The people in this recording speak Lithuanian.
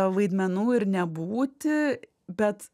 vaidmenų ir nebūti bet